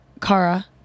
Kara